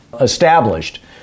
established